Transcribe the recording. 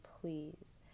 please